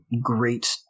great